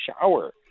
shower